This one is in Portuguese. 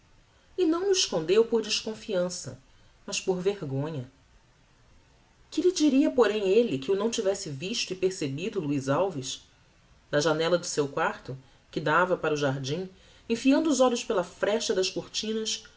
e não lh'o escondeu por desconfiança mas por vergonha que lhe diria porém elle que o não tivesse visto e percebido luiz alves da janella de seu quarto que dava para o jardim enfiando os olhos pela fresta das cortinas